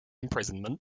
imprisonment